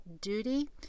duty